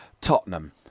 Tottenham